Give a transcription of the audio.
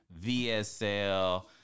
VSL